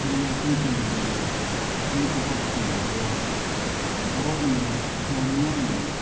graduation کے لیے منتخب کیا گیا اور میں جامعہ میں